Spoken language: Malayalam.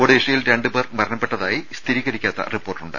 ഒഡീഷയിൽ രണ്ടുപേർ മരണപ്പെട്ടതായി സ്ഥിരീകരിക്കാത്ത റിപ്പോർട്ടുണ്ട്